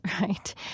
right